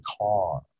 car